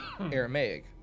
Aramaic